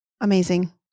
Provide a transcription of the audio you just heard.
Amazing